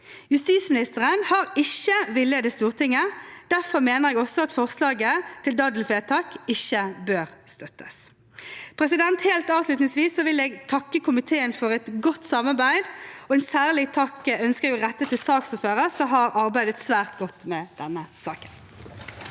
Justisministeren har ikke villedet Stortinget. Derfor mener jeg også at forslaget til daddelvedtak ikke bør støttes. Helt avslutningsvis vil jeg takke komiteen for et godt samarbeid, og jeg ønsker å rette en særlig takk til saksordføreren, som har arbeidet svært godt med denne saken.